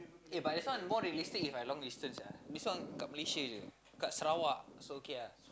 eh but this one more realistic if I long distance sia this one kat Malaysia je kat Sarawak so okay ah